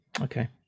okay